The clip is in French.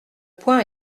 point